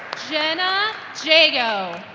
genna jago